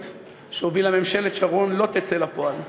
שהובילה ממשלת שרון לא תצא לפועל.